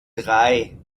drei